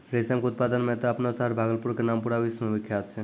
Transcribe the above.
रेशम के उत्पादन मॅ त आपनो शहर भागलपुर के नाम पूरा विश्व मॅ विख्यात छै